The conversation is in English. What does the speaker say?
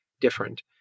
different